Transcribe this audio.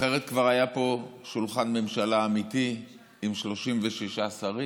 אחרת כבר היה פה שולחן ממשלה אמיתי עם 36 שרים.